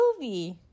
movie